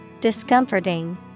Discomforting